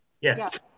Yes